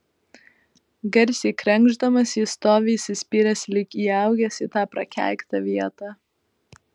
garsiai krenkšdamas jis stovi įsispyręs lyg įaugęs į tą prakeiktą vietą